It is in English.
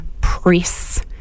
press